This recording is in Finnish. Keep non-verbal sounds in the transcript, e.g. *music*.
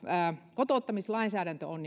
kotouttamislainsäädäntö on *unintelligible*